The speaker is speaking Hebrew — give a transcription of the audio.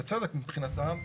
בצדק מבחינתם,